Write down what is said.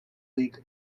league